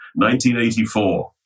1984